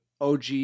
OG